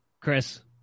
Chris